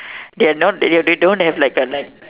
they are not they do they don't have like a like